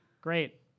Great